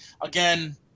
Again